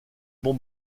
bon